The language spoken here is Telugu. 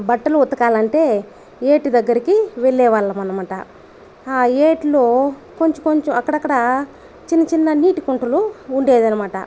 బట్టలు ఉతకాలంటే ఏటి దగ్గరికి వెళ్ళే వాళ్ళం అనమాట ఆ ఏట్లో కొంచెం కొంచెం అక్కడక్కడ చిన్నచిన్న నీటి కుంటలు ఉండేదనమాట